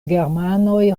germanoj